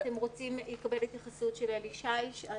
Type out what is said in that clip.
אתם רוצים לקבל התייחסות של אלי שיש?